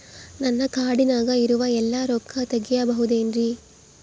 ನನ್ನ ಕಾರ್ಡಿನಾಗ ಇರುವ ಎಲ್ಲಾ ರೊಕ್ಕ ತೆಗೆಯಬಹುದು ಏನ್ರಿ?